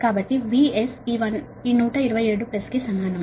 కాబట్టి VS ఈ 127 plus కి సమానం